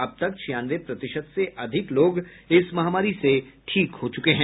अब तक छियानवे प्रतिशत से अधिक लोग इस महामारी से ठीक हो चुके हैं